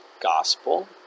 gospel